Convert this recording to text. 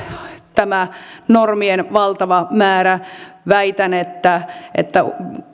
tämä normien valtava määrä väitän että että